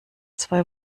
zwei